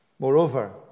Moreover